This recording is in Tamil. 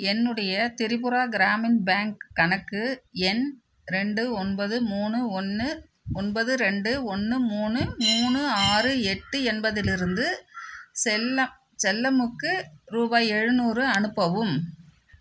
என்னுடைய திரிபுரா கிராமின் பேங்க் கணக்கு எண் ரெண்டு ஒன்பது மூணு ஒன்று ஒன்பது ரெண்டு ஒன்று மூணு மூணு ஆறு எட்டு என்பதிலிருந்து செல்லமுக்கு ரூபாய் எழுநூறு அனுப்பவும்